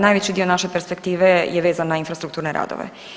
Najveći dio naše perspektive je vezan na infrastrukturne radove.